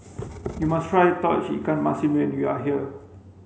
you must try Tauge Ikan Masin when you are here